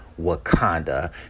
Wakanda